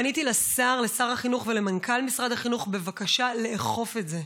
פניתי לשר החינוך ולמנכ"ל משרד החינוך בבקשה לאכוף זאת.